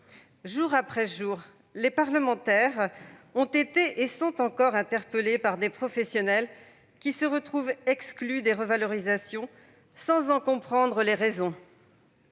Jour après jour, les parlementaires ont été et sont encore interpellés par des professionnels qui se retrouvent exclus des revalorisations sans en comprendre les raisons.